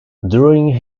during